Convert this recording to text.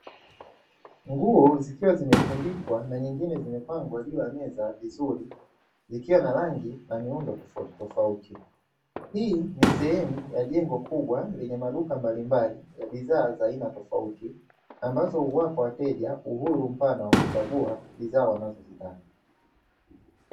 Nguo zikiwa zimetundikwa na nyingine zimepangwa juu ya meza vizuri, ikiwa na rangi na miundo tofauti tofauti, hii ni sehemu ya jengo kubwa lenye maduka mbalimbali ya bidhaa za aina tofauti, ambazo huwapa wateja uhuru mfano wa kuchagua bidhaa wanazozitaka.